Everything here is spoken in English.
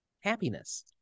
happiness